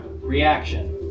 Reaction